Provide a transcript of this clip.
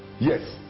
yes